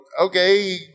okay